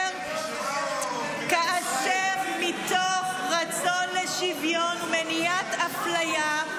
כאשר מתוך הרצון לשוויון, מניעת אפליה,